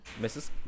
Mrs